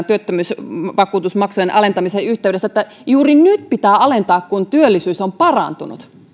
työttömyysvakuutusmaksujen alentamisen yhteydessä niin että juuri nyt pitää alentaa kun työllisyys on parantunut